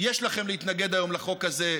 יש לכם להתנגד היום לחוק הזה,